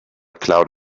cloud